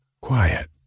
Quiet